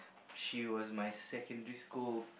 she was my secondary school